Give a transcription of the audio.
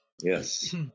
Yes